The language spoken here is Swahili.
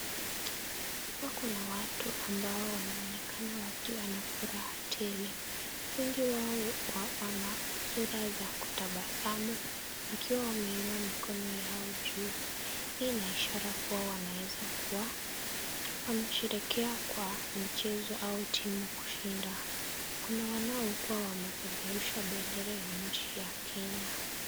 Hapa kuna watu ambao wanaonekana wakiwa na furaha tele. Wengi wao wana sura za kutabasamu wakiwa wameinua mkono yao juu, hii ina ishara kuwa wanaeza kuwa wanasherehekea kwa mchezo au timu kushinda. Kuna wanao kuwa wanapeperusha bendera ya nchi ya Kenya.